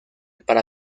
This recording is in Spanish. para